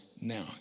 now